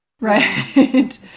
Right